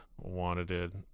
wanted